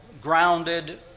grounded